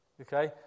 Okay